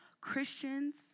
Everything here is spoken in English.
Christians